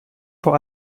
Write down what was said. vor